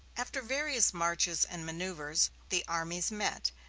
after various marches and maneuvers, the armies met,